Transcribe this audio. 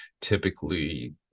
Typically